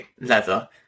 leather